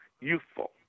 youthful